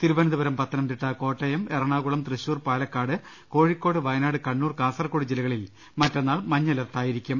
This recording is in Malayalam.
തിരുവനന്തപുരം പത്തനംതിട്ട കോട്ടയ്ട് എറണാകുളം തൃശൂർ പാലക്കാട് കോഴിക്കോട് വയനാട് കണ്ണൂർ കാസർകോട് ജില്ലകളിൽ മറ്റന്നാൾ മഞ്ഞ അലർട്ടായിരിക്കും